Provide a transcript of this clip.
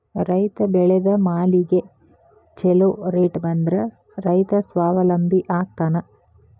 ರೈತ ಬೆಳೆದ ಮಾಲಿಗೆ ಛೊಲೊ ರೇಟ್ ಬಂದ್ರ ರೈತ ಸ್ವಾವಲಂಬಿ ಆಗ್ತಾನ